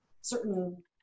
certain